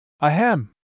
Ahem